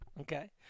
Okay